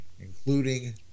including